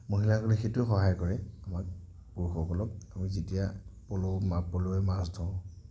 মহিলাসকলে সেইটোৱেই সহায় কৰে আমাক পুৰুষসকলক আমি যেতিয়া পল' পল'ৰে মাছ ধৰোঁ